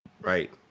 right